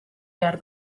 behar